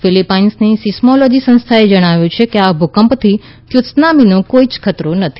ફિલીપાઇન્સની seismology સંસ્થાએ જણાવ્યું છે કે આ ભૂકંપથી ત્સુનામીનો કોઈ ખતરો નથી